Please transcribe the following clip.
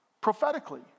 prophetically